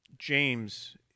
James